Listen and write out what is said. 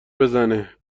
بزنه